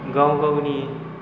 गाव गावनि